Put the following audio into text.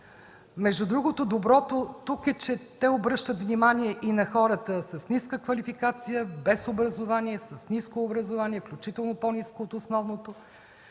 Между другото доброто тук е, че те обръщат внимание и на хората с ниска квалификация, без образование, с ниско образование, включително по-ниско от основното,